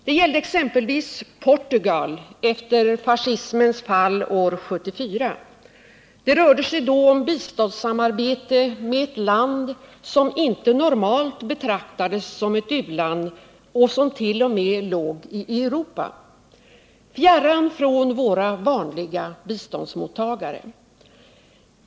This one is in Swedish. Det gällde exempelvis Portugal efter fascismens fall år 1974. Det rörde sig då om biståndssamarbete med ett land som inte normalt betraktades som ett u-land och som t.o.m. låg i Europa — fjärran från våra vanliga biståndsmottagare.